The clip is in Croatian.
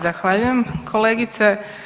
Zahvaljujem kolegice.